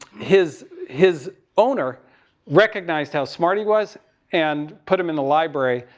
his, his owner recognized how smart he was and put him in the library,